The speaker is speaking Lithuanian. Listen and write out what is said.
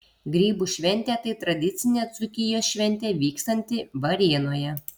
grybų šventė tai tradicinė dzūkijos šventė vykstanti varėnoje